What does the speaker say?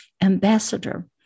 ambassador